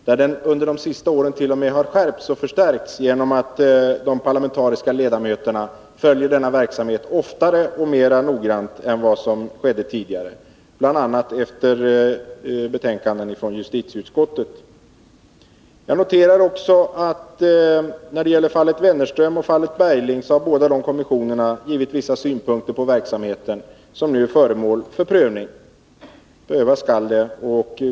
Under de senaste åren har den t.o.m. skärpts och förstärkts genom att de parlamentariska ledamöterna följer verksamheten oftare och mera noggrant än tidigare, bl.a. efter betänkanden från justitieutskottet. Jag noterar också att när det gäller fallen Wennerström och Bergling har båda kommissionerna givit vissa synpunkter på verksamheten, vilka nu prövas.